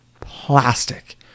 plastic